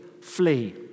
flee